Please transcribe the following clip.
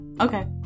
Okay